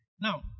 Now